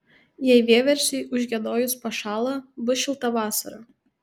jei vieversiui užgiedojus pašąla bus šilta vasara